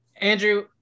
Andrew